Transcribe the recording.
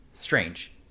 strange